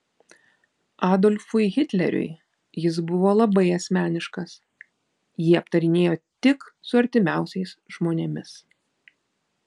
adolfui hitleriui jis buvo labai asmeniškas jį aptarinėjo tik su artimiausiais žmonėmis